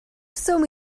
swm